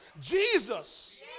Jesus